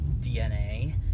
DNA